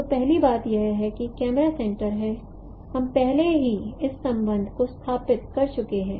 तो पहली बात यह है कि कैमरा सेंटर है हम पहले ही इस संबंध को स्थापित कर चुके हैं